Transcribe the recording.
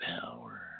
power